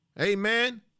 amen